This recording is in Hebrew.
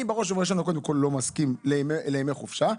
אני בראש ובראשונה לא מסכים לימי חופשה.